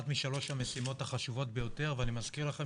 אחת משלוש המשימות החשובות ביותר ואני מזכיר לכם